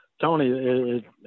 Tony